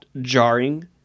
jarring